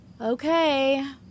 Okay